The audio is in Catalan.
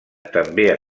també